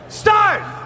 start